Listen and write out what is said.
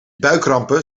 buikkrampen